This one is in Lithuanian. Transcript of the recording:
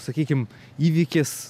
sakykim įvykis